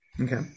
okay